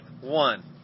one